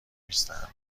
نیستن